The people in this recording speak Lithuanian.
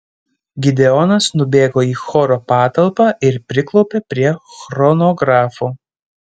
gideonas nubėgo į choro patalpą ir priklaupė prie chronografo